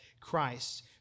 Christ